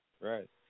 Right